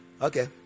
Okay